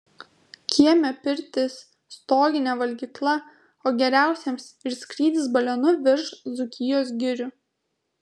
kieme pirtis stoginė valgykla o geriausiems ir skrydis balionu virš dzūkijos girių